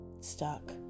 stuck